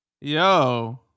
Yo